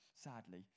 sadly